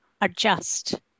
adjust